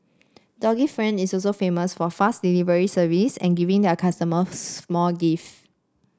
doggy friend is also famous for fast delivery service and giving their customers small gifts